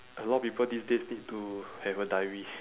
a lot of people these days need to have a diary